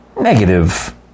negative